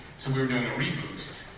so we were doing a reboost